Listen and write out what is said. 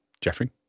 Jeffrey